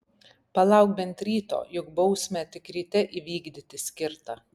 palauk bent ryto juk bausmę tik ryte įvykdyti skirta